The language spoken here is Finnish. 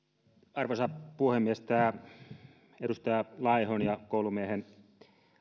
arvoisa puhemies nämä edustaja laihon ja koulumiehen